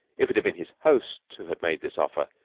if it had been his host who had made this offer,